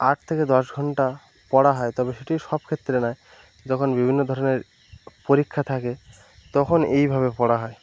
আট থেকে দশ ঘন্টা পড়া হয় তবে সেটি সব ক্ষেত্রে নয় যখন বিভিন্ন ধরনের পরীক্ষা থাকে তখন এইভাবে পড়া হয়